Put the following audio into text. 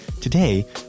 Today